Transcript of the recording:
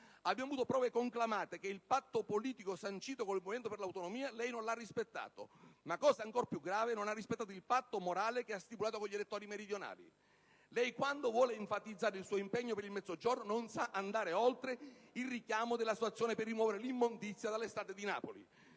Abbiamo avuto prove conclamate che il patto politico sancito con il Movimento per le Autonomie lei non l'ha rispettato; ma, cosa ancor più grave, non ha rispettato il patto morale che ha stipulato con gli elettori meridionali. Lei, quando vuole enfatizzare il suo impegno per il Mezzogiorno, non sa andare oltre il richiamo alla sua azione per rimuovere l'immondizia dalle strade di Napoli.